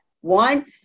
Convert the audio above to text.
one